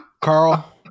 Carl